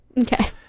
Okay